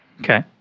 Okay